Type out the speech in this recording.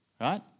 right